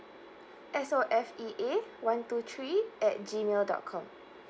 S O F E A one two three at G mail dot com